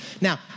Now